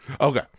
Okay